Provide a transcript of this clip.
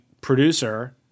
producer